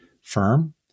firm